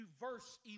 verse